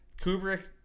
Kubrick